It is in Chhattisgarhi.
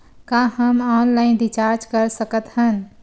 का हम ऑनलाइन रिचार्ज कर सकत हन?